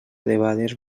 debades